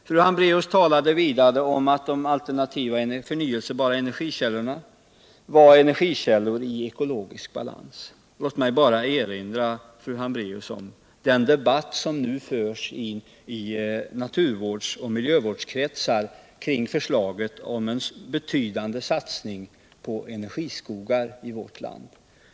Fru Hambraeus talade vidare om att de alternativa förnyelsebara energikällorna var energikällor i ekologisk balans. Låt mig då bara erinra fru Hambracus om den debatt som nu förs i naturvårds och miljövårdskretsar kring tankarna på en betydande satsning på energiskogar i vårt land.